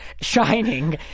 shining